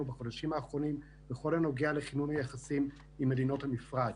הבנה עמוקה של יחסי החוץ,